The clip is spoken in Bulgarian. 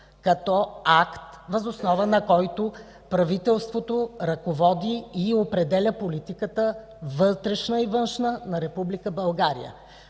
като акт, въз основа на който правителството ръководи и определя политиката – вътрешна и външна, на Република